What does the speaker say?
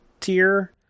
tier